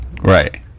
Right